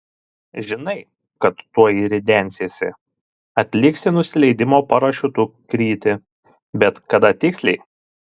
žinai kad tuoj ridensiesi atliksi nusileidimo parašiutu krytį bet kada tiksliai